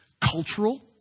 cultural